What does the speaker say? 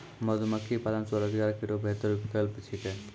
मधुमक्खी पालन स्वरोजगार केरो बेहतर विकल्प छिकै